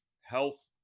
health